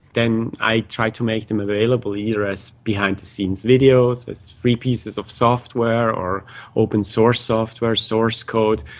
then i try to make them available here as behind-the-scenes videos, as free pieces of software or open-source software, source code,